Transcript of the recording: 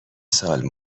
سال